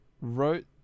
wrote